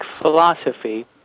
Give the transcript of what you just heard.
philosophy